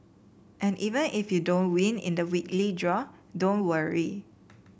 and even if you don't win in the weekly draw don't worry